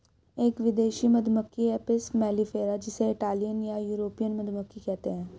एक विदेशी मधुमक्खी एपिस मेलिफेरा जिसे इटालियन या यूरोपियन मधुमक्खी कहते है